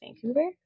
Vancouver